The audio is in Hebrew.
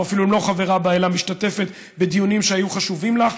או אפילו לא חברה בה אלא משתתפת בדיונים שהיו חשובים לך,